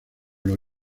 los